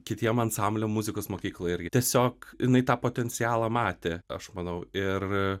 kitiem ansambliam muzikos mokykloj irgi tiesiog jinai tą potencialą matė aš manau ir